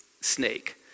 snake